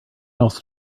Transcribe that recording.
also